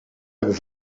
hebben